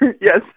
Yes